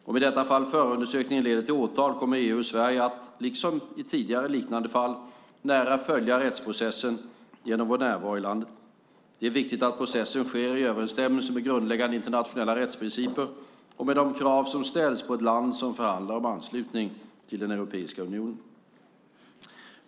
Om i detta fall förundersökningen leder till åtal kommer EU och Sverige att, liksom i tidigare liknande fall, nära följa rättsprocessen genom vår närvaro i landet. Det är viktigt att processen sker i överensstämmelse med grundläggande internationella rättsprinciper och med de krav som ställs på ett land som förhandlar om anslutning till Europeiska unionen.